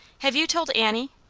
have you told annie?